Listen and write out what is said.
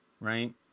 Right